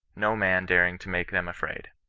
no man daring to make them afraid